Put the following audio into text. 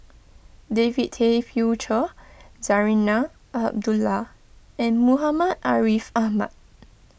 David Tay Poey Cher Zarinah Abdullah and Muhammad Ariff Ahmad